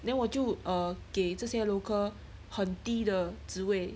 then 我就 err 给这些 local 很低的职位